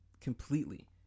completely